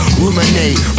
ruminate